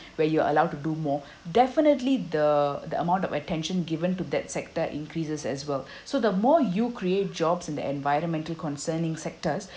where you're allowed to do more definitely the the amount of attention given to that sector increases as well so the more you create jobs in the environmental concerning sectors